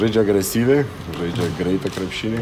žaidžia agresyviai žaidžia greitą krepšinį